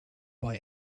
boy